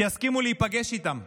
שבהם יסכימו להיפגש איתם.